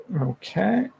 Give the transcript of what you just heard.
Okay